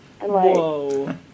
Whoa